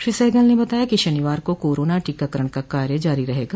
श्री सहगल ने बताया कि शनिवार को कोरोना टीकाकरण कार्य जारी रहेगा